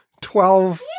Twelve